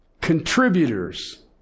contributors